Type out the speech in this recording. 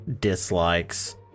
dislikes